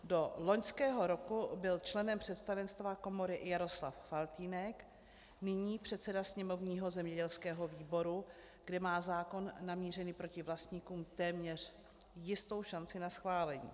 Do loňského roku byl členem představenstva komory i Jaroslav Faltýnek, nyní předseda sněmovního zemědělského výboru, kde má zákon namířený proti vlastníkům téměř jistou šanci na schválení.